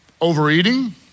overeating